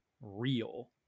real